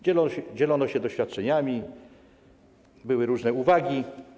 Dzielono się doświadczeniami, były różne uwagi.